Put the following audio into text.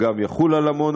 וגם יחול על עמונה,